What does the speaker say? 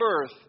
birth